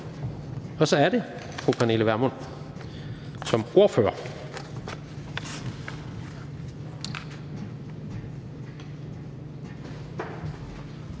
Og så er det fru Pernille Vermund som ordfører.